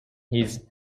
his